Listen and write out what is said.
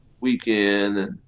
weekend